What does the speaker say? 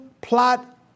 plot